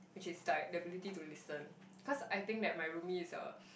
which is like the ability to listen cause I think that my roomie is a